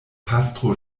pastro